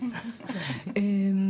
רוזין,